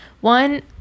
One